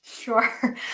sure